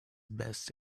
best